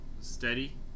steady